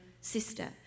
sister